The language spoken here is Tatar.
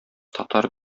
татар